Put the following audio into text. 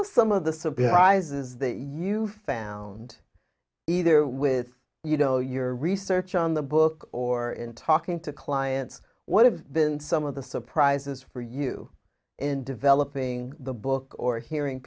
surprises that you found either with you know your research on the book or in talking to clients what have been some of the surprises for you in developing the book or hearing